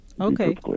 okay